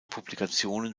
publikationen